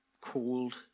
called